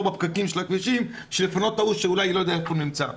בפקקים בכבישים כדי לפנות את החולה שאני לא יודע איפה הוא נמצא.